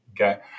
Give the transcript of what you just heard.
Okay